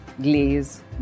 glaze